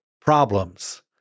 problems